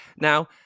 Now